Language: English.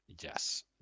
Yes